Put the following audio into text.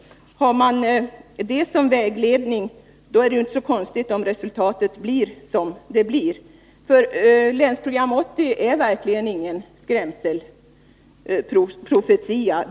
Har man det som vägledning, är det inte så konstigt om resultatet blir som det blir. Länsprogram 80 är verkligen ingen skrämselprofetia.